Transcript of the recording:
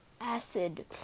acid